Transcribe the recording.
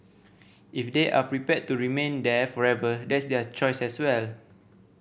if they are prepared to remain there forever that's their choice as well